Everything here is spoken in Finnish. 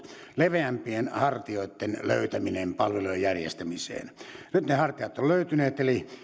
leveämpien hartioitten löytäminen palvelujen järjestämiseen nyt ne hartiat ovat löytyneet eli